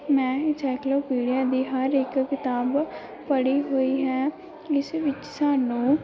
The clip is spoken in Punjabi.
ਮੈਂ ਇੰਨਸਾਇਕਲੋਪੀਡੀਆ ਦੀ ਹਰ ਇੱਕ ਕਿਤਾਬ ਪੜ੍ਹੀ ਹੋਈ ਹੈ ਇਸ ਵਿੱਚ ਸਾਨੂੰ